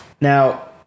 Now